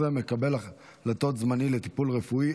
16) (מקבל החלטות זמני לטיפול רפואי),